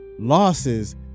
losses